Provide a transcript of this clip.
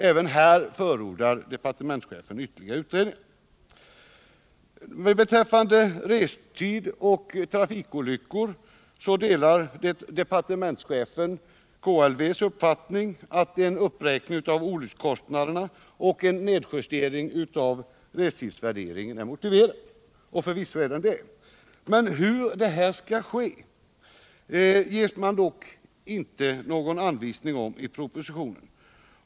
Även här fordrar departementschefen ytterligare utredning. Beträffande restid och trafikolyckor delade departementschefen KLV:s uppfattning att en uppräkning av olyckskostnaderna och nedjustering av restidsvärderingen är motiverad. Och förvisso är det så. Men hur detta skall ske ges det inte någon anvisning om i propositionen.